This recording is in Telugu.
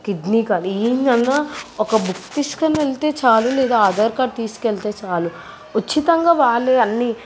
కిడ్నీ కానీ ఏమైనా ఒక బుక్ తీసుకొని వెళితే చాలు లేదా ఆధార్ కార్డ్ తీసుకెళితే చాలు ఉచితంగా వాళ్ళే అన్నీ